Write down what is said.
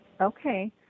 okay